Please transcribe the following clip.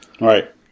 Right